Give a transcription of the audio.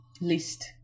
list